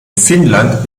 finnland